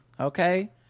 Okay